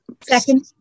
second